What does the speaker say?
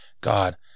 God